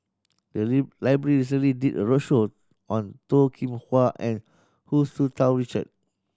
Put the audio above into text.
the library recently did a roadshow on Toh Kim Hwa and Hu Tsu Tau Richard